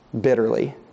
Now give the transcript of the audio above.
bitterly